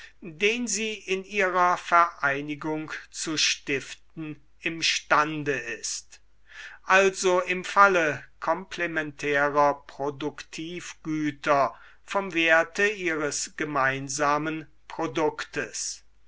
den sie in ihrer vereinigung zu stiften im stande ist also im falle komplementärer produktivgüter vom werte ihres gemeinsamen produktes